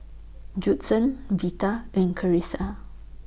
Judson Vita and Carisa